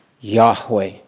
Yahweh